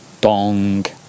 dong